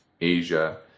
Asia